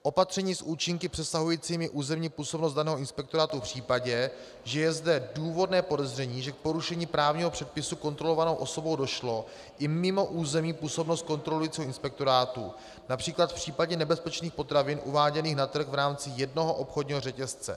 Opatření s účinky přesahujícími územní působnost danou inspektorátu v případě, že je zde důvodné podezření, že k porušení právního předpisu kontrolovanou osobou došlo i mimo územní působnost kontrolujícího inspektorátu, například v případě nebezpečných potravin uváděných na trh v rámci jednoho obchodního řetězce.